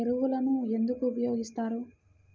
ఎరువులను ఎందుకు ఉపయోగిస్తారు?